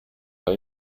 war